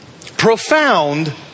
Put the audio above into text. Profound